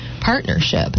partnership